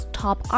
top